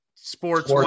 Sports